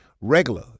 regular